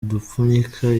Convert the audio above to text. udupfunyika